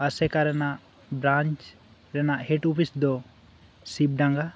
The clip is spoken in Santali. ᱟᱥᱮᱠᱟ ᱨᱮᱱᱟᱜ ᱵᱨᱟᱧᱪ ᱨᱮᱱᱟᱜ ᱦᱮᱰ ᱚᱯᱷᱤᱥᱫᱚ ᱥᱤᱵᱽᱰᱟᱸᱜᱟ